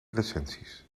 recensies